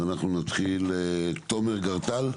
אז אנחנו נתחיל עם תומר גרטל,